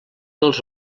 dels